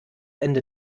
ende